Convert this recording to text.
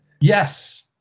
Yes